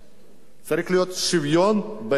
צריך להיות שוויון באמת לכולם.